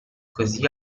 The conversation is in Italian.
così